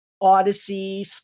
Odyssey